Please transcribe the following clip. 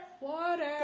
Water